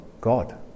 God